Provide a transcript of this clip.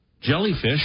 jellyfish